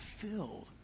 filled